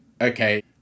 okay